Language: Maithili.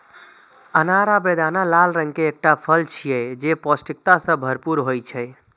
अनार या बेदाना लाल रंग के एकटा फल छियै, जे पौष्टिकता सं भरपूर होइ छै